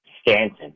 Stanton